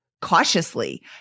cautiously